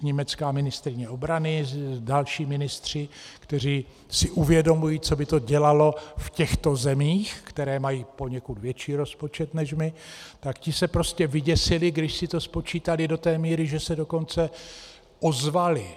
Německá ministryně obrany a další ministři, kteří si uvědomují, co by to dělalo v těchto zemích, které mají poněkud větší rozpočet než my, ti se prostě vyděsili, když si to spočítali, do té míry, že se dokonce ozvali.